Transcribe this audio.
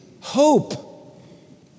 Hope